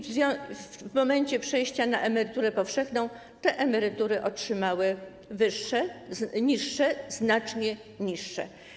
W momencie przejścia na emeryturę powszechną te emerytury otrzymały niższe, znacznie niższe.